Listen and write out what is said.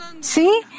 See